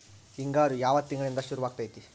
ಹಿಂಗಾರು ಯಾವ ತಿಂಗಳಿನಿಂದ ಶುರುವಾಗತೈತಿ?